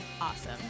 Awesome